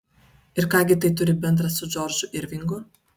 ir ką gi tai turi bendra su džordžu irvingu